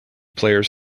players